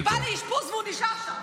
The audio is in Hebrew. "סיבה לאשפוז", והוא נשאר שם.